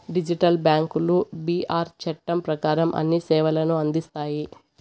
digital బ్యాంకులు BR చట్టం ప్రకారం అన్ని సేవలను అందిస్తాయి